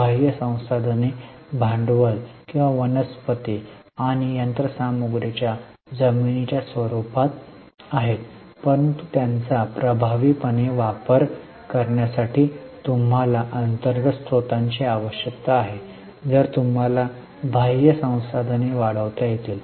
बाह्य संसाधने भांडवल किंवा वनस्पती आणि यंत्रसामग्रीच्या जमीनीच्या स्वरूपात आहेत परंतु त्यांचा प्रभावीपणे वापर करण्यासाठी तुम्हाला अंतर्गत स्रोतांची आवश्यकता आहे जर तुम्हाला बाह्य संसाधने वाढवता येतील